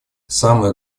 самое